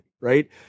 Right